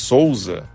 Souza